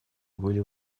были